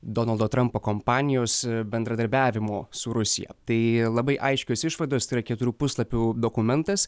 donaldo trampo kompanijos bendradarbiavimo su rusija tai labai aiškios išvados tai yra keturių puslapių dokumentas